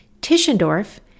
Tischendorf